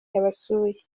yabasuye